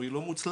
היא לא מוצלחת,